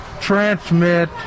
transmit